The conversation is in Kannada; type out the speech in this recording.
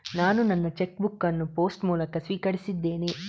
ನಾನು ನನ್ನ ಚೆಕ್ ಬುಕ್ ಅನ್ನು ಪೋಸ್ಟ್ ಮೂಲಕ ಸ್ವೀಕರಿಸಿದ್ದೇನೆ